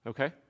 Okay